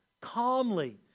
calmly